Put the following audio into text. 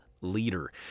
leader